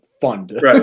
fund